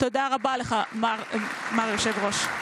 תודה רבה לך, כבוד היושב-ראש.)